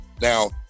Now